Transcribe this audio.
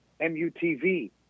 MUTV